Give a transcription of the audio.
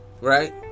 right